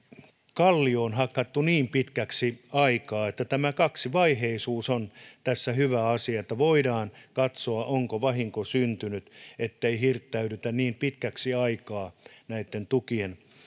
kallioon hakattua pitkäksi aikaa eli tämä kaksivaiheisuus on tässä hyvä asia että voidaan katsoa onko vahinko syntynyt ja ei hirttäydytä niin pitkäksi aikaa näitten tukien